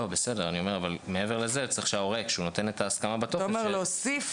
אבל מעבר לזה צריך שההורה כשהוא נותן את ההסכמה בטופס להוסיף